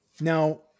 Now